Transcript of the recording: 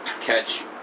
catch